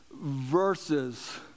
verses